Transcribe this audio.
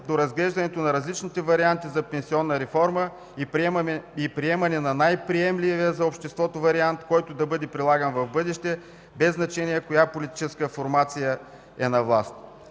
до разглеждането на различните варианти за пенсионна реформа и приемане на най-приемливия за обществото вариант, който да бъде прилаган в бъдеще, без значение коя политическа формация е на власт.